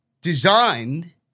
designed